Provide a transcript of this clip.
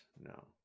no